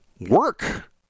work